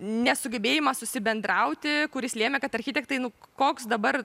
nesugebėjimas susibendrauti kuris lėmė kad architektai koks dabar